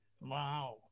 Wow